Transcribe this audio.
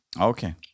Okay